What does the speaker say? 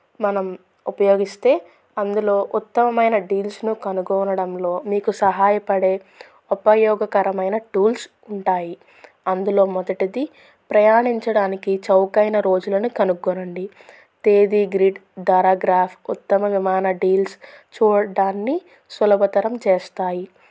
మనం ఉపయోగిస్తే అందులో ఉత్తమమైన డీల్స్ను కనుక్కోవడంలో మీకు సహాయపడే ఉపయోగకరమైన టూల్స్ ఉంటాయి అందులో మొదటిది ప్రయాణించడానికి చౌకైన రోజులను కనుక్కోండి తేదీ గ్రిడ్ ధర గ్రాఫ్ ఉత్తమ విమాన డీల్స్ చూడ్డాన్ని సులభతరం చేస్తాయి